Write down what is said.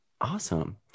Awesome